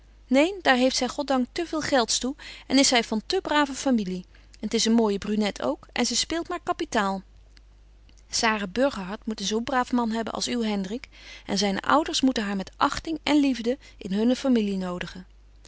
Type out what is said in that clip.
neen daar heeft zy goddank te veel gelds toe en is zy van te braven familie en t is een mooije brunet ook en ze speelt maar kapitaal sara burgerhart moet een zo braaf man hebben als uw hendrik en zyne ouders moeten haar met achting en liefde in hunne familie nodigen